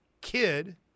kid